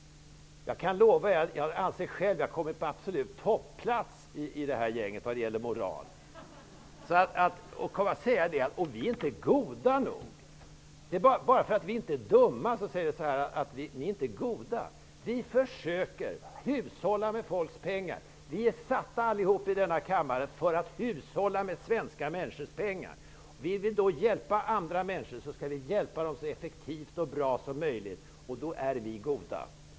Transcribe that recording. Jag kan lova er -- det anser jag själv -- att jag kommer på absolut topplats i det här gänget vad gäller moral. Sedan kommer man och säger att vi inte är goda nog. Bara för att vi inte är dumma skulle vi inte vara goda. Vi försöker hushålla med människors pengar. Allihop i denna kammare är vi satta att hushålla med svenska människors pengar. Vill vi hjälpa andra människor, skall vi hjälpa dem så effektivt och bra som möjligt. Då är vi goda.